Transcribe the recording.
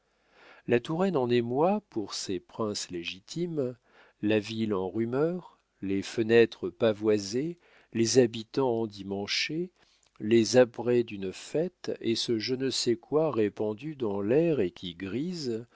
la touraine en émoi pour ses princes légitimes la ville en rumeur les fenêtres pavoisées les habitants endimanchés les apprêts d'une fête et ce je ne sais quoi répandu dans l'air et qui grise